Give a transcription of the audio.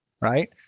right